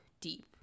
deep